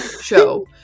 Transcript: show